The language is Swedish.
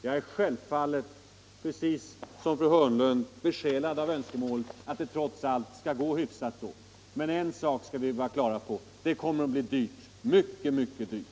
Jag är självfallet, precis som fru Hörnlund, besjälad av önskemålet att det då trots allt skall gå hyfsat, men en sak skall vi ha klart för oss: Det kommer att bli dyrt, mycket dyrt.